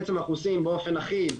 בעצם אנחנו עושים באופן אחיד,